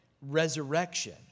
resurrection